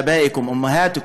אבותיכם ואימהותיכם,